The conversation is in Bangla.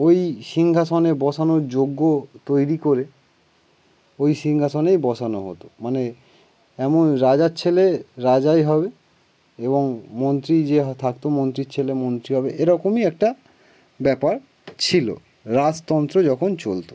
ওই সিংহাসনে বসানোর যোগ্য তৈরি করে ওই সিংহাসনেই বসানো হতো মানে এমন রাজার ছেলে রাজাই হবে এবং মন্ত্রী যে থাকতো মন্ত্রীর ছেলে মন্ত্রী হবে এরকমই একটা ব্যাপার ছিল রাজতন্ত্র যখন চলতো